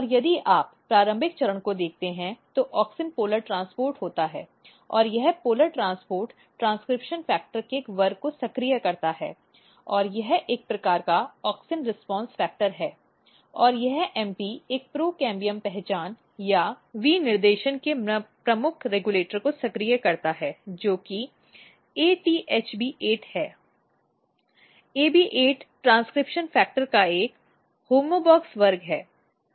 और यदि आप प्रारंभिक चरण को देखते हैं तो ऑक्सिन पोलर ट्रांसपोर्ट होता है और यह पोलर ट्रांसपोर्ट ट्रांसक्रिप्शन फैक्टर के एक वर्ग को सक्रिय करता है यह एक प्रकार का ऑक्सिन रिस्पांस फैक्टर है और यह MP एक प्रोकैम्बियम पहचान या विनिर्देशन के प्रमुख रेगुलेटर को सक्रिय करता है जो कि ATHB8 है HB8 ट्रांसक्रिप्शन फैक्टर का एक होमोबॉक्स वर्ग है